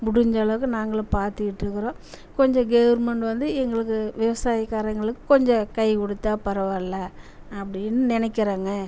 முடிந்த அளவுக்கு நாங்களும் பார்த்துக்கிட்டு இருக்கிறோம் கொஞ்சம் கவுர்மெண்ட் வந்து எங்களுக்கு விவசாயக்காரங்களுக்கு கொஞ்சம் கை கொடுத்தா பரவாயில்லை அப்படினு நினைக்கிறோங்க